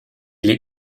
les